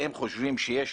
הם חושבים שיש